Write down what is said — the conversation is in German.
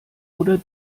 oder